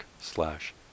slash